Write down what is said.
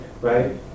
right